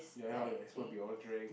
ya you want how your explore will be all drag